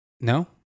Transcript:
No